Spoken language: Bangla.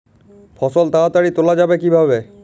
ফসল তাড়াতাড়ি তোলা যাবে কিভাবে?